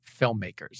filmmakers